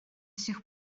сих